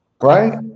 right